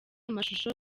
amashusho